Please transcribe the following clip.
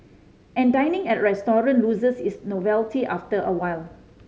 and dining at a restaurant loses its novelty after a while